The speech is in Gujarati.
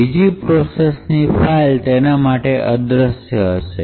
બીજી પ્રોસેસ ની ફાઈલ તેના માટે અદ્રશ્ય હશે